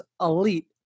elite